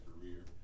career